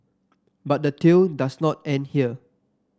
but the tail does not end here